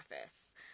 office